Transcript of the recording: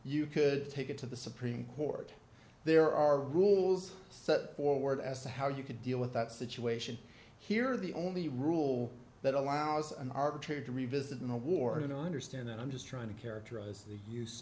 you could take it to the supreme court there are rules set forward as to how you can deal with that situation here the only rule that allows an arbitrator to revisit an award and understand that i'm just trying to characterize the use